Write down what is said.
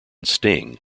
sting